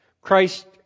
Christ